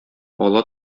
ала